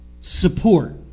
support